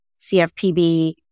CFPB